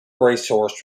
racehorse